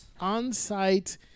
On-site